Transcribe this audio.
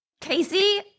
Casey